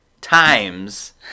times